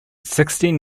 sixteen